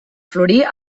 florir